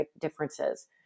differences